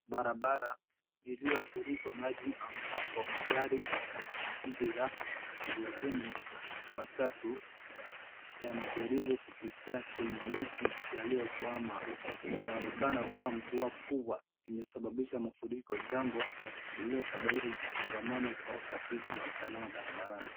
Barabara ilifurika kwa maji ambapo magari na pikipiki za magurudumu matatu yanajaribu kupitia kwenye maji iliyokwama. Inaonekana mvua kubwa imesababisha mafuriko jambo iliyosababisha changamano kwa usafiri na usalama barabarani.